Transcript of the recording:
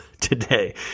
today